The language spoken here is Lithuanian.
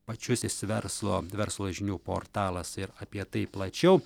pačius is verslo verslo žinių portalas ir apie tai plačiau